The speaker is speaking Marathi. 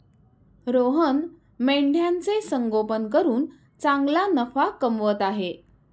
रोहन मेंढ्यांचे संगोपन करून चांगला नफा कमवत आहे